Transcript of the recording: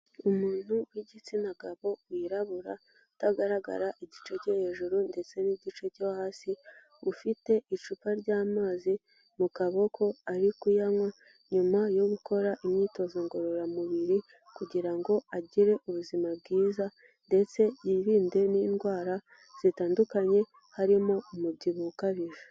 Umuntu w'igitsina gabo wirabura utagaragara igice cyo hejuru ndetse n'igice cyo hasi, ufite icupa ry'amazi mu kaboko ari kuyanywa, nyuma yo gukora imyitozo ngororamubiri kugira ngo agire ubuzima bwiza ndetse yirinde n'indwara zitandukanye harimo umubyibuho ukabije.